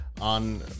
on